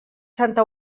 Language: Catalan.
santa